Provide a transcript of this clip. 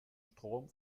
strom